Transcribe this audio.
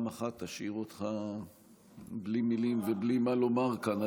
אחת תשאיר אותך בלי מילים ובלי מה לומר כאן.